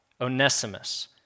Onesimus